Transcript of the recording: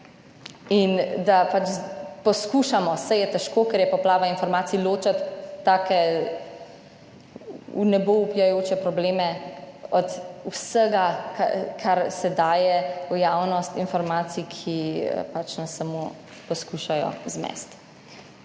In da poskušamo, saj je težko, ker je poplava informacij, ločiti take v nebo vpijajoče probleme od vsega kar se daje v javnost informacij, ki nas samo poskušajo zmesti.